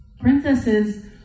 princesses